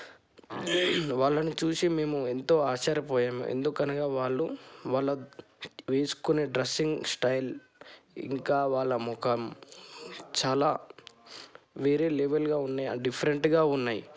వాళ్ళని చూసి మేము ఎంతో ఆశ్చర్యపోయాము ఎందుకనగా వాళ్ళు వాళ్ళ వేసుకునే డ్రస్సింగ్ స్టైల్ ఇంకా వాళ్ళ ముఖం చాలా వేరే లెవెల్గా ఉన్నాయి ఆ డిఫరెంట్గా ఉన్నాయి